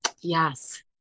Yes